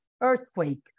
earthquake